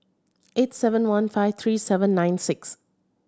eight seven one five three seven nine six